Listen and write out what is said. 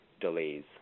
delays